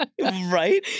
right